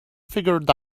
figured